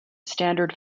standard